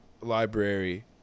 library